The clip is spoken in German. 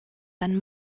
dann